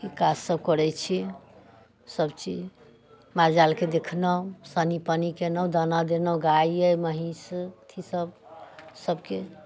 ई काजसभ करैत छी सभचीज माल जालकेँ देखलहुँ सानी पानी केलहुँ दाना देलहुँ गाए अइ महीँस अथि सभ सभके